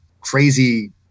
crazy